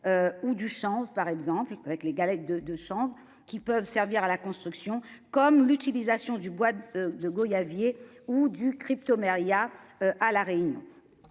Ou du chance par exemple avec les galettes de de chambres qui peuvent servir à la construction comme l'utilisation du bois de de Gaulle y aviez ou du crypto-Maria à la Réunion.